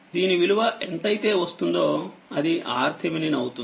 దీని విలువ ఎంతైతే వస్తుందో అది RThevenin అవుతుంది